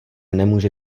nemůže